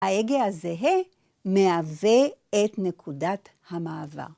ההגה הזהה מהווה את נקודת המעבר.